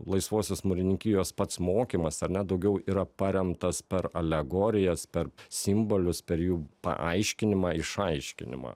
laisvosios mūrininkijos pats mokymas ar ne daugiau yra paremtas per alegorijas per simbolius per jų paaiškinimą išaiškinimą